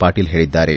ಪಾಟೀಲ್ ಹೇಳಿದ್ದಾರೆ